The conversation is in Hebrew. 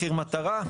מחיר מטרה.